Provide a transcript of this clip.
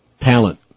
Talent